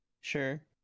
Sure